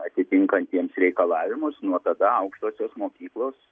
atitinkantiems reikalavimus nuo tada aukštosios mokyklos